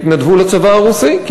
והתנדבו לצבא הרוסי,